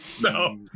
No